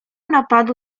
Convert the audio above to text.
napadu